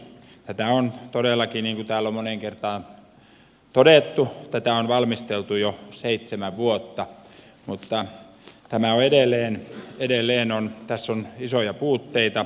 tätä on todellakin niin kuin täällä on moneen kertaan todettu valmisteltu jo seitsemän vuotta mutta edelleen tässä on isoja puutteita